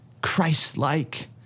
Christ-like